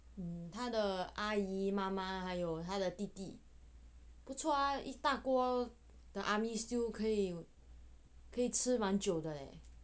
他的阿姨妈妈还有他的弟弟不错啊一大锅的 army stew 可以可以吃蛮久的诶